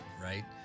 right